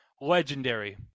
Legendary